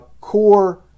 core